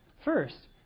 First